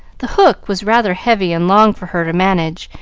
the hook was rather heavy and long for her to manage,